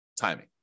timing